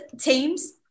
teams